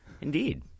Indeed